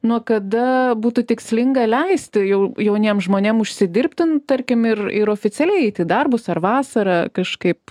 nuo kada būtų tikslinga leisti jau jauniem žmonėm užsidirbti tarkim ir ir oficialiai eiti į darbus ar vasarą kažkaip